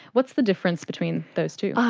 what's the difference between those two? ah